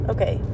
Okay